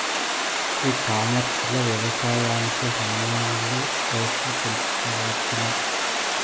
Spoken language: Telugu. ఈ కామర్స్ లో వ్యవసాయానికి సామాన్లు రేట్లు తెలుసుకోవచ్చునా?